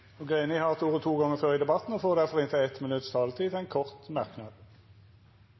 har hatt ordet to gonger tidlegare i debatten og får ordet til ein kort merknad, avgrensa til